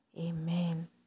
Amen